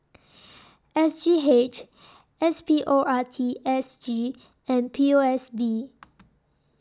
S G H S P O R T S G and P O S B